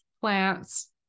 plants